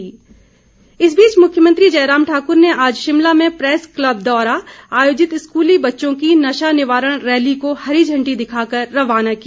जयराम इस बीच मुख्यमंत्री जयराम ठाकुर ने आज शिमला में प्रैस क्लब द्वारा आयोजित स्कूली बच्चों की नशा निवारण रैली को हरी झंडी दिखाकर रवाना किया